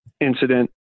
incident